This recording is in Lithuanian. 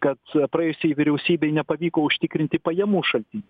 kad praėjusiai vyriausybei nepavyko užtikrinti pajamų šaltin